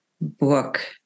book